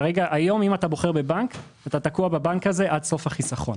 היום אם אתה בוחר בבנק אתה תקוע בבנק הזה עד סוף החיסכון.